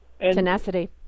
tenacity